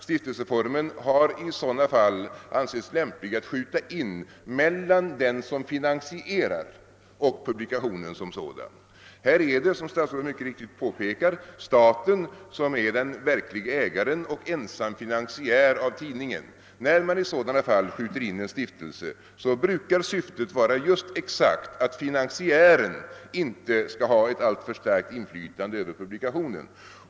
Stiftelseformen har i sådana fall ansetts lämplig att skjuta in mellan den som finansierar och publikationen som sådan. Som statsrådet mycket riktigt påpekat är det här staten som är den verklige ägaren och ensam finansiär av tidningen. När man i sådana fall skjuter in en stiftelse brukar syftet vara exakt att finansiären inte skall ha ett alltför starkt inflytande över publikationen.